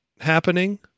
happening –